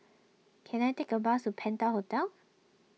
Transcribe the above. can I take a bus to Penta Hotel